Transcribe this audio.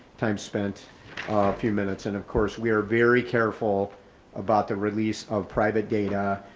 time spent a few minutes and of course, we are very careful about the release of private data.